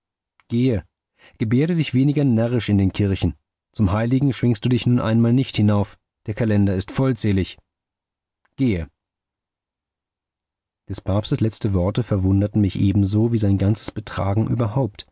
gehe gebärde dich weniger närrisch in den kirchen zum heiligen schwingst du dich nun einmal nicht hinauf der kalender ist vollzählig gehe des papstes letzte worte verwunderten mich ebenso wie sein ganzes betragen überhaupt